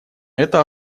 это